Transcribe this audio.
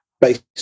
based